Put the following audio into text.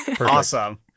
Awesome